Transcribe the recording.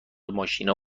ماشینا